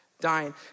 dying